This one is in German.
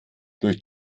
durch